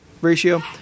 ratio